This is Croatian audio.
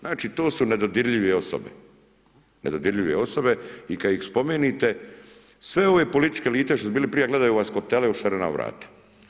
Znači to su nedodirljive osobe i kad ih spomenete sve ove političke elite što su bile prije, gledaju vas kao tele u šarena vrata.